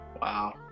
Wow